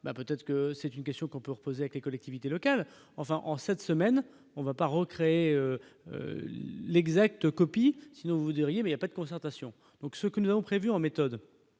peut-être que c'est une question qu'on peut reposer avec les collectivités locales, enfin en cette semaine, on va pas recréer l'exacte copie vous diriez mais il y a pas de concertation, donc ce que nous avons prévues en méthode